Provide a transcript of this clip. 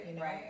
right